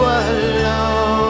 alone